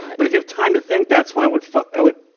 but if you have time to think, that's when i would fuck, i would,